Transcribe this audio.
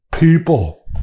people